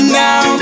now